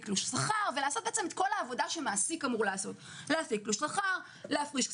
תלוש שכר ולעשות את כל העבודה שמעסיק אמור לעשות: להפיק תלוש שכר,